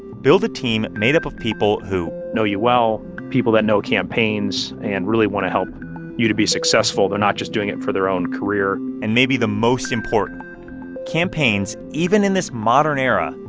build a team made up of people who. know you well, people that know campaigns and really want to help you to be successful, they're not just doing it for their own career and maybe the most important campaigns, even in this modern era,